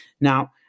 now